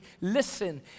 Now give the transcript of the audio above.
listen